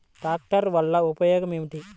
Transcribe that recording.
ట్రాక్టర్ల వల్ల ఉపయోగం ఏమిటీ?